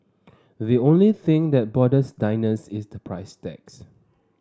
the only thing that bothers diners is the price tags